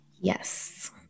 Yes